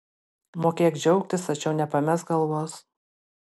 mokėk džiaugtis tačiau nepamesk galvos